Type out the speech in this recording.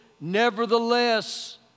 Nevertheless